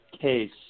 case